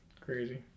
Crazy